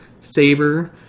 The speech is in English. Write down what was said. Saber